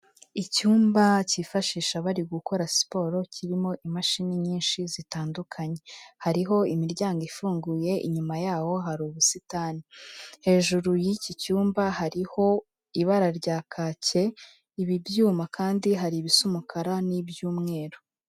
Icyumba cyifashisha bari gukora siporo kirimo imashini nyinshi zitandukanye, hariho imiryango ifunguye inyuma yaho hari ubusitani, hejuru y'iki cyumba hariho ibara rya kake, ibi byuma kandi hari ibisa umukara n'iby'umweru.